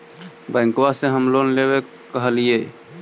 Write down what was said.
बैंकवा से हम लोन लेवेल कहलिऐ?